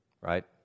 right